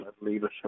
leadership